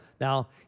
Now